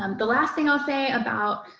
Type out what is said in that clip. um the last thing i'll say about,